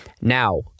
Now